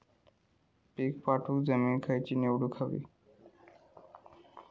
पीक वाढवूक जमीन खैची निवडुक हवी?